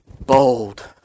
bold